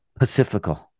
Pacifical